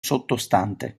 sottostante